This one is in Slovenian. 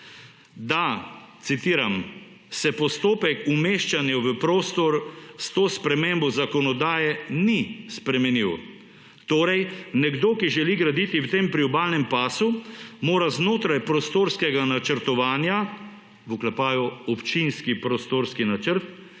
da, citiram, »se postopek umeščanja v prostor s to spremembo zakonodaje ni spremenil. Torej, nekdo, ki želi graditi v tem priobalnem pasu, mora znotraj prostorskega načrtovanja – v oklepaju občinski prostorski načrt